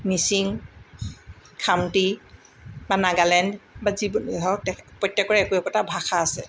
মিচিং খামতি বা নাগালেণ্ড বা যিবোৰ ধৰক তেখ প্ৰত্যেকৰে একো একোটা ভাষা আছে